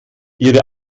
ihre